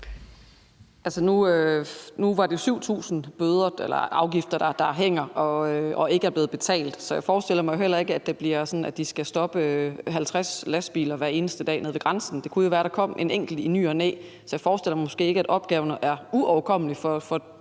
er det jo 7.000 afgifter, der hænger og ikke er blevet betalt, så jeg forestiller mig jo heller ikke, at det bliver sådan, at de skal stoppe 50 lastbiler hver eneste dag nede ved grænsen. Det kunne jo være, der kom en enkelt i ny og næ. Så jeg forestiller mig måske ikke, at opgaven er uoverkommelig for